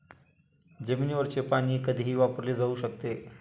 जमिनीवरचे पाणी कधीही वापरले जाऊ शकते